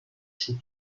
schub